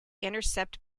intercept